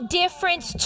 difference